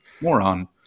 Moron